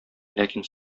ләкин